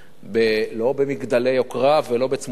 לא במגדלי יוקרה ולא בצמודי קרקע,